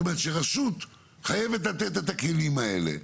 זאת אומרת שרשות חייבת לתת את הכלים האלה.